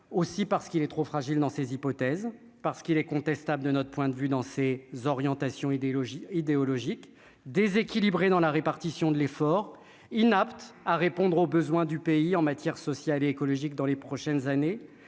aussi parce qu'il est trop fragile dans ces hypothèses, parce qu'il est contestable, de notre point de vue danser orientation idéologie idéologique déséquilibré dans la répartition de l'effort inapte à répondre aux besoins du pays en matière sociale et écologique dans les prochaines années